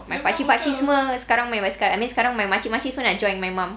pakcik pakcik semua sekarang main basikal I mean sekarang makcik makcik semua nak join my mum